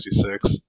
1966